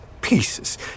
pieces